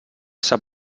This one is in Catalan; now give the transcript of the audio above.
sap